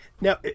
Now